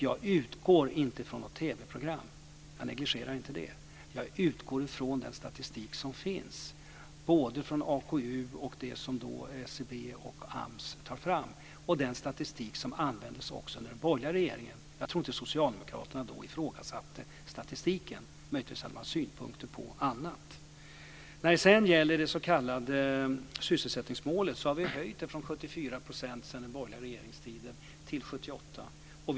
Jag utgår inte från något TV-program. Jag negligerar inte det, men jag utgår från den statistik som finns från AKU, SCB och AMS. Den statistiken användes också under den borgerliga regeringen. Jag tror inte att socialdemokraterna ifrågasatte statistiken då. Möjligtvis hade de synpunkter på annat. Vi har höjt det s.k. sysselsättningsmålet från 74 % sedan den borgerliga regeringstiden till 78 %.